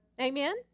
Amen